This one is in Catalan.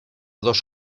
dos